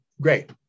Great